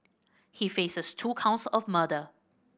he faces two counts of murder